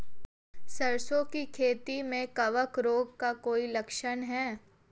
सरसों की खेती में कवक रोग का कोई लक्षण है?